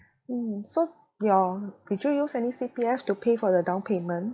mm so your did you use any C_P_F to pay for your downpayment